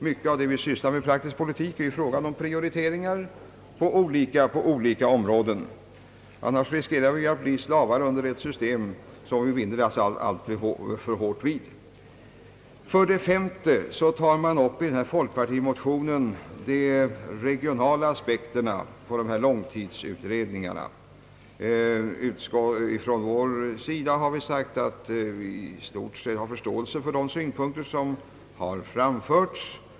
Mycket av det vi sysslar med i praktisk politik gäller ju prioriteringar på olika områden. Annars riskerar vi att bli slavar under ett system som vi har bundit oss alltför hårt vid. För det femte tar folkpartimotionen upp de regionala aspekterna på långtidsutredningarna. Vi har sagt att vi i stort sett har förståelse för de synpunkter som framförts.